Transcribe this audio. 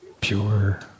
pure